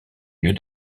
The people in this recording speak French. lieux